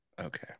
Okay